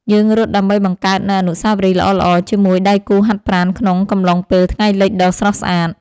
យើងរត់ដើម្បីបង្កើតនូវអនុស្សាវរីយ៍ល្អៗជាមួយដៃគូហាត់ប្រាណក្នុងកំឡុងពេលថ្ងៃលិចដ៏ស្រស់ស្អាត។